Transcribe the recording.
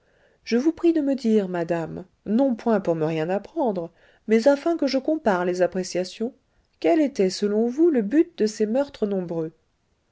je vous prie de me dire madame non point pour me rien apprendre mais afin que je compare les appréciations quel était selon vous le but de ces meurtres nombreux